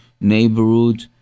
neighborhood